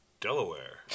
Delaware